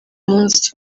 munsi